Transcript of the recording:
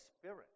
spirit